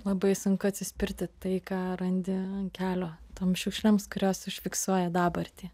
labai sunku atsispirti tai ką randi ant kelio toms šiukšlėms kurios užfiksuoja dabartį